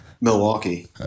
Milwaukee